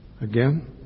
again